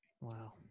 wow